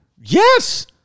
Yes